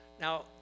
now